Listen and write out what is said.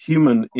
Human